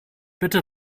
bitte